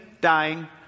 dying